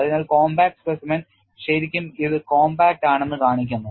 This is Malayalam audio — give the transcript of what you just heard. അതിനാൽ കോംപാക്റ്റ് സ്പെസിമെൻ ശരിക്കും ഇത് കോംപാക്ട് ആണെന്ന് കാണിക്കുന്നു